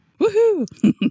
Woohoo